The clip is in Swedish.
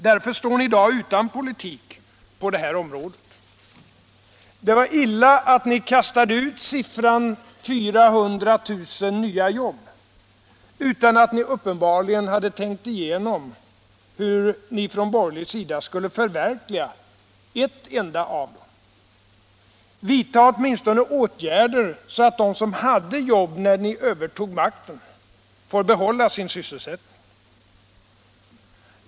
Därför står ni i dag utan politik på det området. Det var illa att ni kastade ut siffran 400 000 nya jobb utan att uppenbarligen ha tänkt igenom hur ni skulle förverkliga ett enda av dem. Vidta åtminstone åtgärder så att de som hade jobb när ni övertog makten får behålla sin sysselsättning!